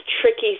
tricky